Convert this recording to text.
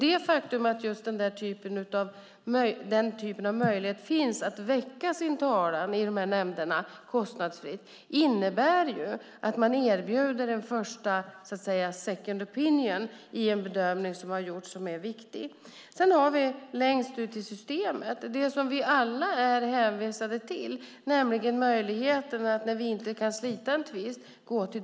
Det faktum att just denna typ av möjlighet att kostnadsfritt väcka sin talan finns i nämnderna innebär att man erbjuder en första second opinion i en bedömning som har gjorts. Det är viktigt. Längst ut i systemet finns det som vi alla är hänvisade till, nämligen möjligheten att gå till domstol när vi inte kan slita en tvist.